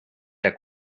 der